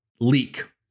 leak